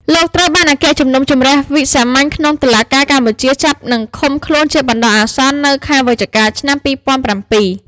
លោក ត្រូវបានអគ្គជំនុំជម្រះវិសាមញ្ញក្នុង តុលាការកម្ពុជាចាប់និងឃុំខ្លួនជាបណ្តោះអាសន្ននៅខែវិច្ឆិកា ឆ្នាំ២០០៧។